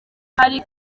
hari